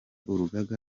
urugaga